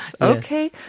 Okay